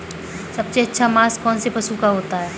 सबसे अच्छा मांस कौनसे पशु का होता है?